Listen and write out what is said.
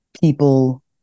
People